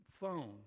phone